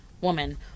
woman